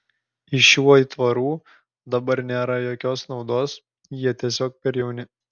iš šių aitvarų dabar nėra jokios naudos jie tiesiog per jauni